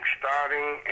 starting